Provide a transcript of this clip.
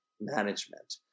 management